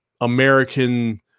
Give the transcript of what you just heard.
American